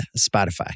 Spotify